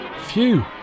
Phew